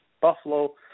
Buffalo